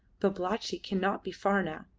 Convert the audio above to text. babalatchi cannot be far now.